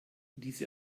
diese